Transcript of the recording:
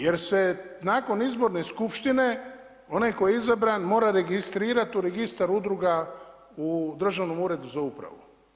Jer se nakon izborne skupštine onaj koji je izabran mora registrirat u registar udruga u Državnom uredu za upravu?